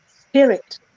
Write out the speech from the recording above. spirit